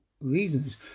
reasons